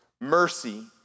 Mercy